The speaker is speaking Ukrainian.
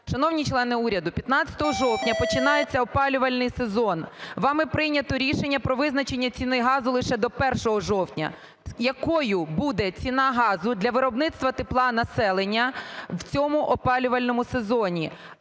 Шановні члени уряду, 15 жовтня починається опалювальний сезон, вами прийнято рішення про визначення ціни газу лише до 1 жовтня. Якою буде ціна газу для виробництва тепла населення в цьому опалювальному сезоні?